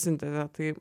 sintezė tai